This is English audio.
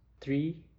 three